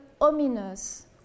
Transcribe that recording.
ominous